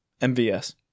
MVS